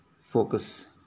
focus